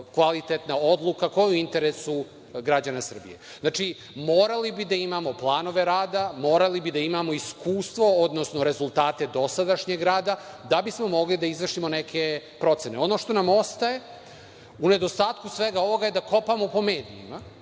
kvalitetna odluka koju interesuju građane Srbije. Morali bi da imamo planove rada, morali bi da imamo iskustvo, odnosno rezultate dosadašnjeg rada, da bismo mogli da izvršimo neke procene. Ono što nam ostaje u nedostatku svega ovoga je da „kopamo“ po medijima,